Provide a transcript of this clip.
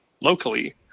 locally